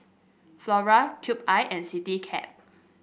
Flora Cube I and Citycab